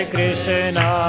Krishna